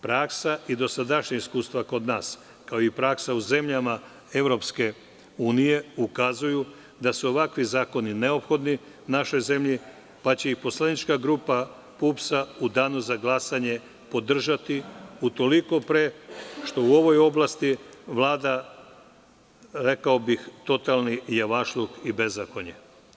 Praksa i dosadašnja iskustva kod nas, kao i praksa u zemljama EU, ukazuju da su ovakvi zakoni neophodni našoj zemlji, pa će ih poslanička grupa PUPS u danu za glasanje podržati utoliko pre što u ovoj oblasti vlada, rekao bih, totalni javašluk i bezakonje.